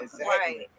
right